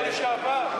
שר אוצר לשעבר.